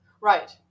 Right